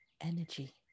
energy